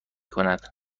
کند